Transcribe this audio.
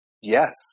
yes